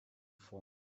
for